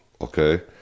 okay